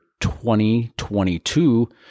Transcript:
2022